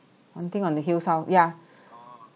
haunting on the hill's house yeah